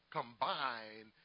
combine